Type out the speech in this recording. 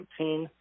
2017